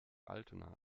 altona